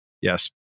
yes